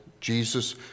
Jesus